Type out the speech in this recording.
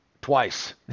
Twice